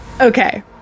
okay